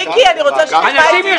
מיקי, אני רוצה שתשמע את